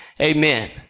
Amen